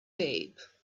babe